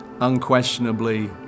unquestionably